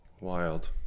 Wild